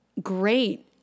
great